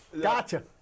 Gotcha